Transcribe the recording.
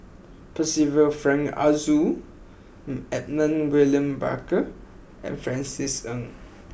Percival Frank Aroozoo Edmund William Barker and Francis Ng